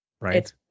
right